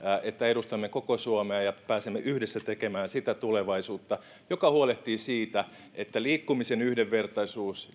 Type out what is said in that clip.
että edustamme koko suomea ja pääsemme yhdessä tekemään sitä tulevaisuutta joka huolehtii siitä että liikkumisen yhdenvertaisuus